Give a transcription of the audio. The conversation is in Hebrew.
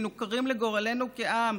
מנוכרים לגורלנו כעם,